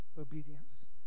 obedience